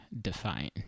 define